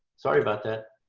sorry about that.